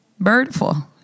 Birdful